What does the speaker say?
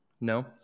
No